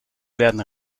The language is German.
werden